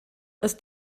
ist